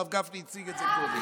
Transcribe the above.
הרב גפני הציג את זה קודם.